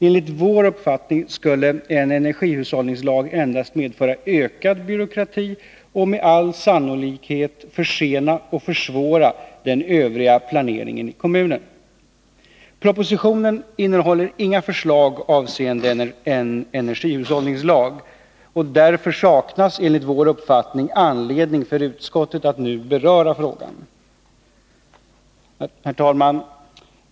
Enligt vår uppfattning skulle en energihushållningslag endast medföra ökad byråkrati och med all sannolikhet försena och försvåra den övriga planeringen i kommunen. Propositionen innehåller inga förslag avseende en energihushållningslag, och därför saknas enligt vår uppfattning anledning för utskottet att nu beröra frågan. Herr talman!